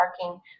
parking